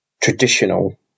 traditional